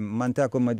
man teko mat